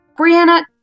Brianna